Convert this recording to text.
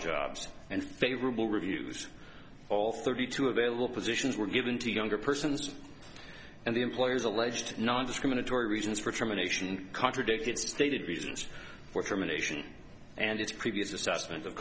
jobs and favorable reviews all thirty two available positions were given to younger persons and the employer's alleged nondiscriminatory reasons for termination and contradicted stated reasons for from a nation and its previous assessment of